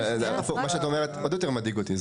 אבל הפוך, מה שאת אומרת עוד יותר מדאיג אותי.